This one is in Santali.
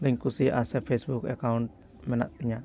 ᱫᱚᱧ ᱠᱩᱥᱤᱭᱟᱜ ᱥᱮ ᱯᱷᱮᱥᱵᱩᱠ ᱮᱠᱟᱣᱩᱱᱴ ᱢᱮᱱᱟᱜ ᱛᱤᱧᱟᱹ